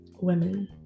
women